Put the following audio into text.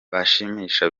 bashimisha